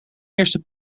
eerste